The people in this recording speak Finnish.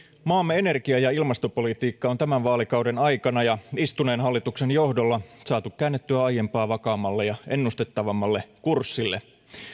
maamme energia ja ilmastopolitiikka on tämän vaalikauden aikana ja istuneen hallituksen johdolla saatu käännettyä aiempaa vakaammalle ja ennustettavammalle kurssille